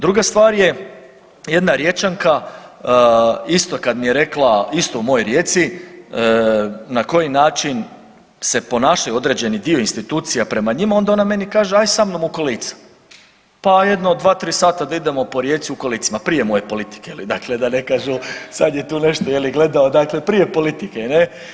Druga stvar je jedna Riječanka isto kad mi je rekla, i isto u mojoj Rijeci na koji način se ponašaju određeni dio institucija prema njima, onda ona meni kaže ajd sa mnom u kolica, pa jedno 2-3 sata da idemo po Rijeci u kolicima, prije moje politike, dakle da ne kažu sad je tu nešto je li gledao, dakle prije politike ne.